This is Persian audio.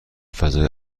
فضای